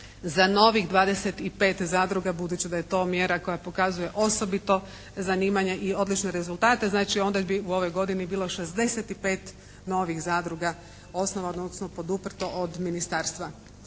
za novih 25 zadruga, budući da je to mjera koja pokazuje osobito zanimanje i odlične rezultate. Znači onda bi u ovoj godini bilo 65 novih zadruga osnovano odnosno poduprto od ministarstva.